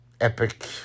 epic